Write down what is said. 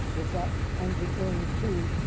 does that enter into